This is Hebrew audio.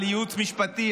על ייעוץ משפטי,